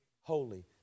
holy